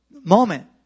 moment